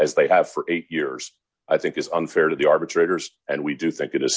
as they have for eight years i think is unfair to the arbitrators and we do think it is